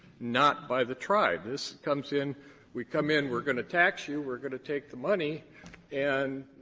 not by the tribe. this comes in we come in we're going to tax you we're going to take the money and